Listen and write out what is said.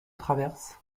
traverses